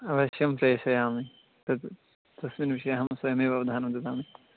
अवश्यं प्रेषयामि तद् तस्मिन् विषये अहं स्वयमेव अवधानं ददामि